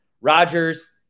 Rodgers